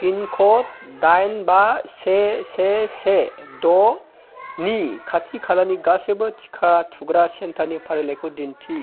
pin code दाइन बा से से से द' नि खाथि खालानि गासैबो टिका थुग्रा सेन्टारनि फारिलाइखौ दिन्थि